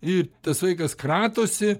ir tas vaikas kratosi